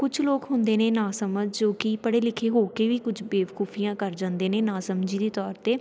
ਕੁਛ ਲੋਕ ਹੁੰਦੇ ਨੇ ਨਾ ਸਮਝ ਜੋ ਕਿ ਪੜ੍ਹੇ ਲਿਖੇ ਹੋ ਕੇ ਵੀ ਕੁਝ ਬੇਵਕੂਫੀਆਂ ਕਰ ਜਾਂਦੇ ਨੇ ਨਾ ਸਮਝੀ ਦੇ ਤੌਰ 'ਤੇ